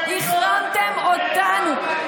החרמתם אותנו.